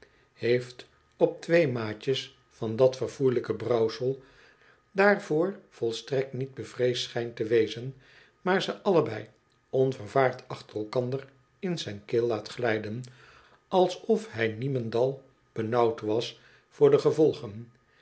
heeft op twee maatjes van dat verfoeielijke brouwsel daarvoor volstrektniet bevreesd schijnt te wezen maar ze allebei onvervaard achter elkander in zijn keel laat glijden alsof hy niemendal benauwd was voor de gevolgen